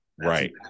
right